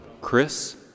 Chris